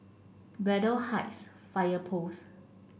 Braddell Heights Fire Post